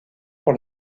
pour